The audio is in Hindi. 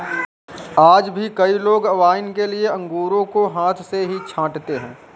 आज भी कई लोग वाइन के लिए अंगूरों को हाथ से ही छाँटते हैं